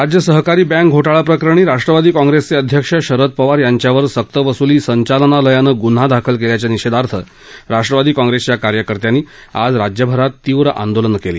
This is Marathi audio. राज्य सहकारी बँक घोटाळाप्रकरणी राष्ट्रवादी काँप्रेसचे अध्यक्ष शरद पवार यांच्यावर सक्त वसूली संचालनालयानं गुन्हा दाखल केल्याच्या निषेधार्थ राष्ट्वादी काँग्रेसच्या कार्यकर्त्यांनी आज राज्यभरात तीव्र आंदोलनं केली